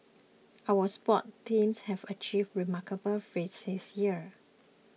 our sports teams have achieved remarkable feats this year